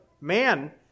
man